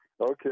okay